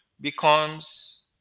becomes